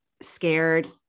scared